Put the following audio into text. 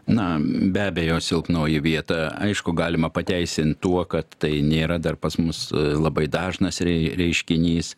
na be abejo silpnoji vieta aišku galima pateisint tuo kad tai nėra dar pas mus labai dažnas rei reiškinys